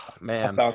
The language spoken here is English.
man